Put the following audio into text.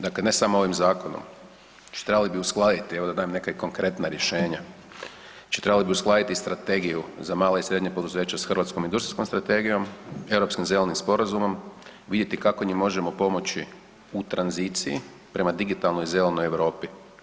Dakle, ne samo ovim zakonom, znači trebali bi uskladiti evo da dam i neka konkretna rješenja, znači trebalo bi uskladiti Strategiju za mala i srednja poduzeća sa Hrvatskom industrijskom strategijom, Europskim zelenim sporazumom vidjeti kako im možemo pomoći u tranziciji prema digitalnoj zelenoj Europi.